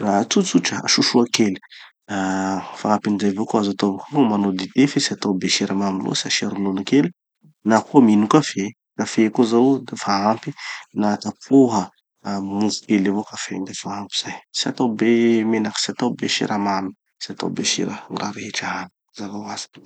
ah tsotsotra, sosoa kely. Ah fagnampin'izay avao koa, azo atao koa gny manao dité fe tsy atao be siramamy loatsy, asia ronono kely, na koa mino kafe. Kafe koa zao dafa ampy na tapoha ah mofo kely avao kafe iny dafa ampy zay. Tsy atao be menaky, tsy atao be siramamy, tsy atao be sira, gny raha rehetra. Mazava hoazy.